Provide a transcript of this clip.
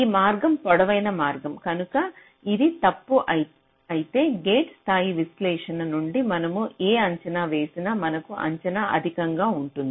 ఈ మార్గం పొడవైన మార్గం కనుక ఇది తప్పు అయితే గేట్ స్థాయి విశ్లేషణ నుండి మనము ఏ అంచనా వేసినా మనకు అంచనా అధికంగా ఉంటుంది